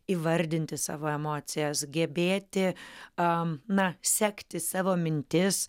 įvardinti savo emocijas gebėti am na sekti savo mintis